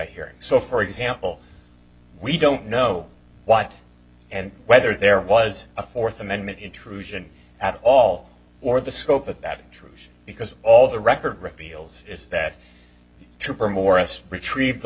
hearing so for example we don't know what and whether there was a fourth amendment intrusion at all or the scope of that intrusion because all the record reveals is that trooper morris retrieved the